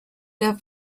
left